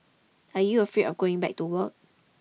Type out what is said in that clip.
are you afraid going back to work